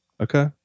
Okay